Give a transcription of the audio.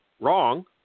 wrong